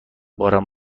بارم